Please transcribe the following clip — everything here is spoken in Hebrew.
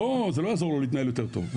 זה לא יעזור לו להתנהל יותר טוב.